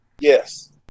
Yes